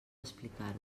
explicar